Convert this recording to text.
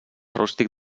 rústic